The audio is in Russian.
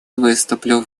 выступлю